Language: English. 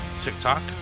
TikTok